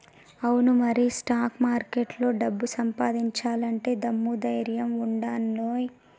అవును మరి స్టాక్ మార్కెట్లో డబ్బు సంపాదించాలంటే దమ్ము ధైర్యం ఉండానోయ్